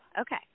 Okay